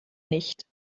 nicht